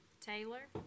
Taylor